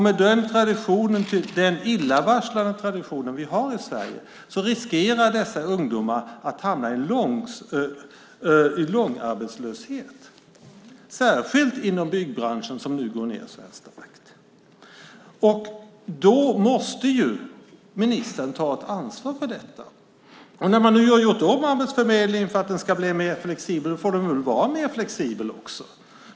Med den illavarslande tradition som vi har i Sverige riskerar dessa ungdomar att hamna i långtidsarbetslöshet, särskilt inom byggbranschen. Då måste ministern ta ett ansvar för detta. När man nu har gjort om Arbetsförmedlingen så att den ska vara mer flexibel får den väl också vara det.